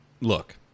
Look